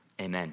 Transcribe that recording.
amen